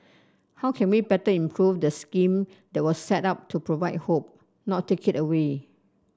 how can we better improve the scheme there was set up to provide hope not take it away